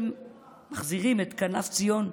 מחזירים את כנף ציון,